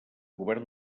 govern